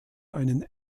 einen